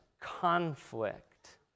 conflict